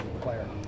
player